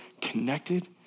connected